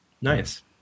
Nice